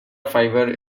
fibre